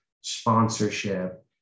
sponsorship